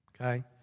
Okay